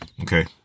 okay